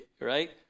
right